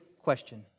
question